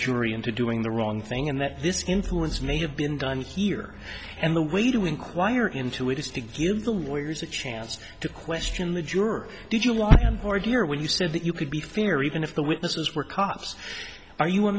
into doing the wrong thing and that this influence may have been done here and the way to win why are into it just to give the lawyers a chance to question the juror did you lie or your when you said that you could be fear even if the witnesses were cops are you a